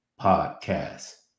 Podcast